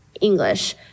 English